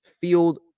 field